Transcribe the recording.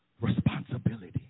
responsibility